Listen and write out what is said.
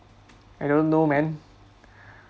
I don't know man